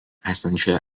esančioje